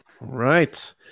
right